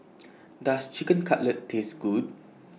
Does Chicken Cutlet Taste Good